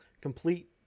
complete